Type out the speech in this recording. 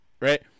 right